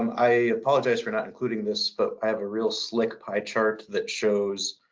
um i apologize for not including this, but i have a real slick pie chart that shows